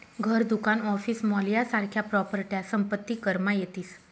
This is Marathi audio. घर, दुकान, ऑफिस, मॉल यासारख्या प्रॉपर्ट्या संपत्ती करमा येतीस